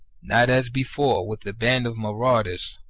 not as before with a band of marauders,